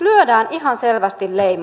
lyödään ihan selvästi leima